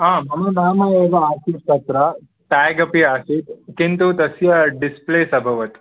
आं मम नाम एव आसीत् तत्र टेग् अपि आसीत् किन्तु तस्य डिस्प्लेस् अभवत्